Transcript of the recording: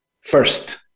first